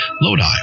lodi